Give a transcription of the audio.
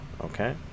okay